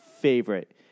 favorite